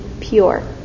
pure